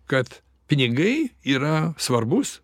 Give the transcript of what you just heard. kad pinigai yra svarbus